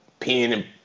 peeing